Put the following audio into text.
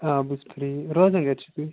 آ بہٕ چھُس فرٛی روزان کَتہِ چھُو تُہۍ